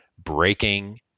Breaking